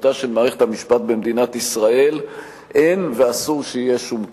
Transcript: דמותה של מערכת המשפט במדינת ישראל אין ואסור שיהיה שום קשר.